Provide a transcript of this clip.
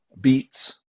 beets